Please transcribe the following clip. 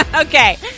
Okay